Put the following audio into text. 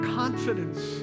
confidence